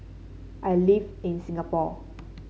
I live in Singapore